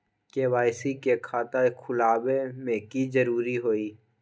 KYC के खाता खुलवा में की जरूरी होई?